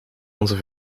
onze